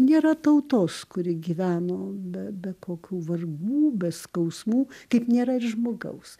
nėra tautos kuri gyveno be be kokių vargų be skausmų kaip nėra ir žmogaus